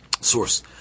source